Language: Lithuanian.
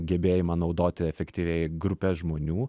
gebėjimą naudoti efektyviai grupes žmonių